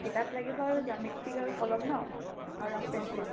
কিতাপ লাগিব আৰু জ্যামিতিক আৰু কলম ন আৰু ৰং পেঞ্চিল